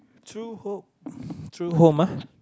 true home true home ah